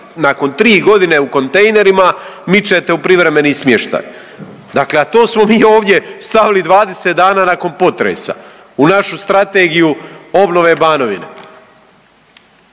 nakon tri godine u kontejnerima mičete u privremeni smještaj. Dakle, a to smo mi ovdje stavili 20 dana nakon potresa u našu Strategiju obnove Banovine.